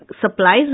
supplies